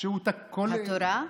התורה?